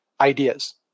ideas